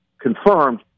confirmed